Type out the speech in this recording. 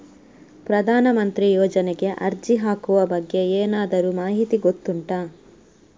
ಪ್ರಧಾನ ಮಂತ್ರಿ ಯೋಜನೆಗೆ ಅರ್ಜಿ ಹಾಕುವ ಬಗ್ಗೆ ಏನಾದರೂ ಮಾಹಿತಿ ಗೊತ್ತುಂಟ?